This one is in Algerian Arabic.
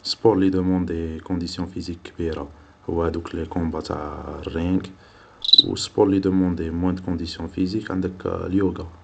السبور لي يدومندي كونديسيون فيزيك كبيرة هو هادوك لي كومبا تاع الرينغ و السبور لي يدومندي موان دو كونديسيون فيزيك عندك اليوغا